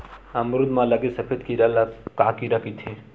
अमरूद म लगे सफेद कीरा ल का कीरा कइथे?